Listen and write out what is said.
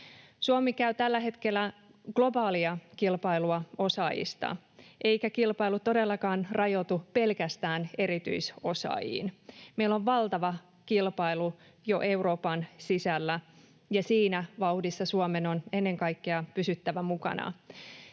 Suomi käy tällä hetkellä globaalia kilpailua osaajista, eikä kilpailu todellakaan rajoitu pelkästään erityisosaajiin. Meillä on valtava kilpailu jo Euroopan sisällä, ja siinä vauhdissa Suomen on ennen kaikkea pysyttävä mukana.